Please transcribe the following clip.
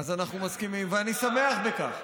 אז אנחנו מסכימים, ואני שמח שכך.